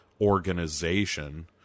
organization